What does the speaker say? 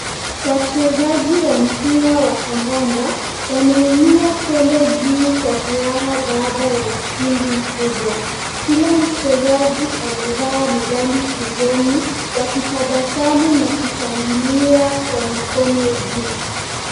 Wachezaji wa mpira wa kandanda, wameinua kombe juu kwa furaha baada ya ushindi mkubwa. Kila mchezaji amevaa medali shingoni, wakitabasamu, na kushangilia kwa mikono juu.